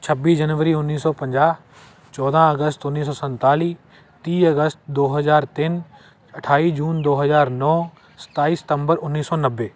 ਛੱਬੀ ਜਨਵਰੀ ਉੱਨੀ ਸੌ ਪੰਜਾਹ ਚੌਦ੍ਹਾਂ ਅਗਸਤ ਉੱਨੀ ਸੌ ਸੰਤਾਲੀ ਤੀਹ ਅਗਸਤ ਦੋ ਹਜ਼ਾਰ ਤਿੰਨ ਅਠਾਈ ਜੂਨ ਦੋ ਹਜ਼ਾਰ ਨੌ ਸਤਾਈ ਸਤੰਬਰ ਉੱਨੀ ਸੌ ਨੱਬੇ